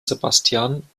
sebastian